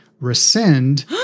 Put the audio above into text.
rescind-